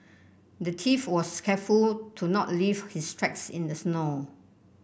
the thief was careful to not leave his tracks in the snow